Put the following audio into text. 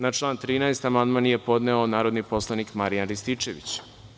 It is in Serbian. Na član 13. amandman je podneo narodni poslanik Marijan Rističević.